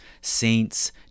saints